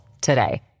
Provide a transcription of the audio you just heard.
today